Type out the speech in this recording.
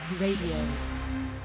Radio